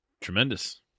Tremendous